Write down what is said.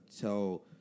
tell